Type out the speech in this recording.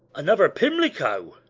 another pimlico!